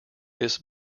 this